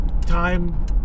Time